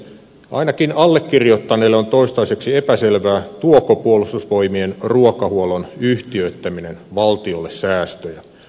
ainakin allekirjoittaneelle on toistaiseksi epäselvää tuoko puolustusvoimien ruokahuollon yhtiöittäminen valtiolle säästöjä